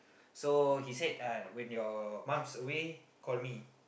so he said uh when your mum is away call me